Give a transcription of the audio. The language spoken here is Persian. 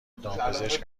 دامپزشک